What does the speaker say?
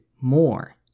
more